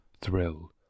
Thrill